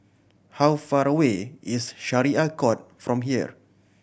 how far away is Syariah Court from here